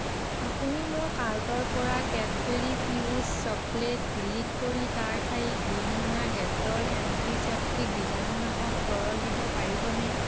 আপুনি মোৰ কাৰ্টৰ পৰা কেটবেৰী ফিউজ চকলেট ডিলিট কৰি তাৰ ঠাইত দুই মোনা ডেটল এন্টিচেপ্টিক বীজাণুনাশক তৰল দিব পাৰিবনে